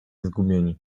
zgubieni